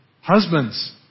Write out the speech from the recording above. Husbands